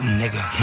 nigga